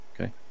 okay